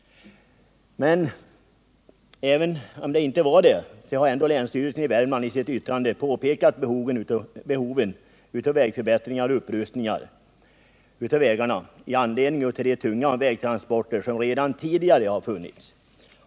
Trots att så inte var fallet har länsstyrelsen i Värmland i sitt yttrande framhållit behoven av förbättringar och upprustningar av vägarna med anledning av de tunga vägtransporter som redan tidigare har funnits.